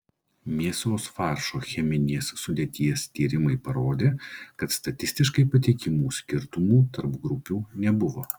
mėsos faršo cheminės sudėties tyrimai parodė kad statistiškai patikimų skirtumų tarp grupių nebuvo